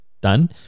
done